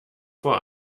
vor